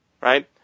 right